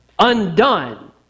Undone